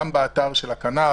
גם באתר של הכנ"ר,